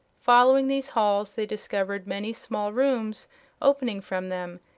following these halls they discovered many small rooms opening from them,